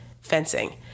fencing